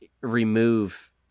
remove